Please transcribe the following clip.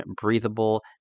breathable